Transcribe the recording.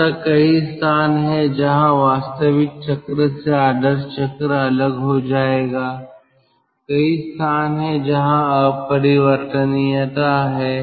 अतः कई स्थान हैं जहां वास्तविक चक्र से आदर्श चक्र अलग हो जाएगा कई स्थान हैं जहां अपरिवर्तनीयता हैं